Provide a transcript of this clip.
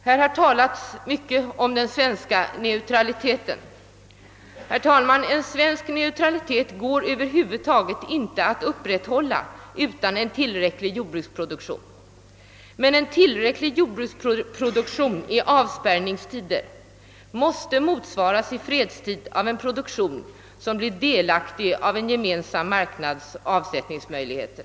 Här har talats mycket om den svenska neutraliteten. Herr talman! Svensk neutralitet går över huvud taget inte att upprätthålla utan tillräcklig jordbruksproduktion. Men en jordbruksproduktion som i avspärrningstider är tillräcklig måste i fredstid motsvaras av en produktion som blir delaktig av Gemensamma marknadens avsättningsmöjligheter.